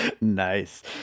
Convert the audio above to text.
Nice